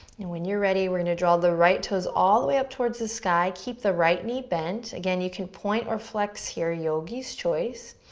and when you're ready, we're gonna draw the right toes all the way up towards the sky. keep the right knee bent. again, you can point or flex here, yogi's choice.